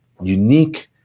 unique